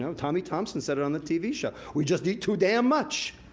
so tommy thompson said it on the tv show. we just eat too damn much.